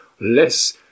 less